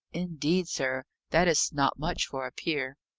indeed, sir! that is not much for a peer.